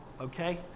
Okay